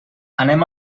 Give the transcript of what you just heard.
anem